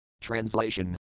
Translation